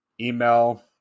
Email